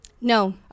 No